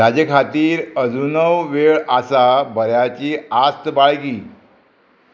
ताजे खातीर अजूनय वेळ आसा बऱ्याची आस्त बाळगी